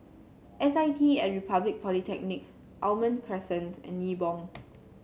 S I T at Republic Polytechnic Almond Crescent and Nibong